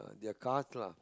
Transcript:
their cars lah